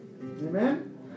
Amen